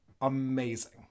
amazing